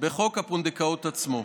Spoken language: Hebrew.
בחוק הפונדקאות עצמו.